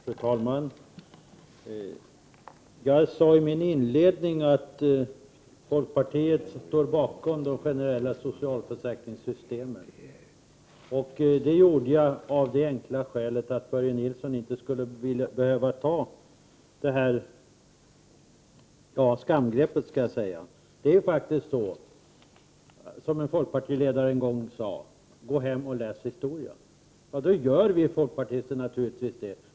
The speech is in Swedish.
Fru talman! Jag sade i mitt inledningsanförande att folkpartiet står bakom de generella socialförsäkringssystemen. Detta gjorde jag av det enkla skälet att Börje Nilsson inte skulle behöva ta låt mig säga ett skamgrepp. Det var en folkpartiledare som en gång sade: Gå hem och läs historia! Det gör naturligtvis vi folkpartister.